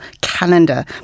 calendar